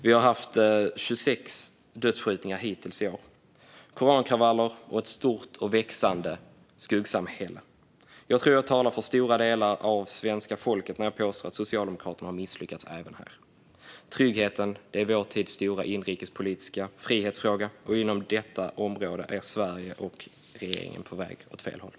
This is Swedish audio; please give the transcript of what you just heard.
Vi har haft 26 dödsskjutningar hittills i år och korankravaller, och vi har ett stort och växande skuggsamhälle. Jag tror att jag talar för stora delar av svenska folket när jag påstår att Socialdemokraterna har misslyckats även där. Tryggheten är vår tids stora inrikespolitiska frihetsfråga, och inom detta område är Sverige och regeringen på väg åt fel håll.